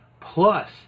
Plus